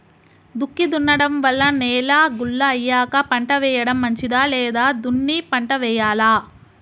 దుక్కి దున్నడం వల్ల నేల గుల్ల అయ్యాక పంట వేయడం మంచిదా లేదా దున్ని పంట వెయ్యాలా?